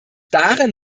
darin